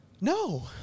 No